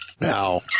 Now